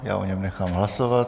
Já o něm nechám hlasovat.